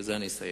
ובזה אני אסיים.